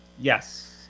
Yes